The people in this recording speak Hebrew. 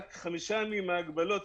רק חמישה ימים מן ההגבלות,